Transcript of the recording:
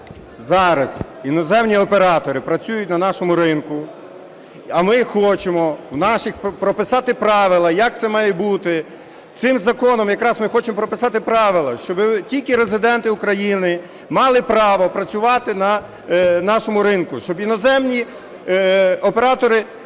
зараз іноземні оператори працюють на нашому ринку, а ми хочемо прописати правила, як це має бути, цим законом якраз ми хочемо прописати правила, щоб тільки резиденти України мали право працювати на нашому ринку, щоб іноземні оператори,